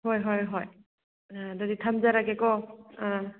ꯍꯣꯏ ꯍꯣꯏ ꯍꯣꯏ ꯑꯗꯨꯗꯤ ꯊꯝꯖꯔꯒꯦꯀꯣ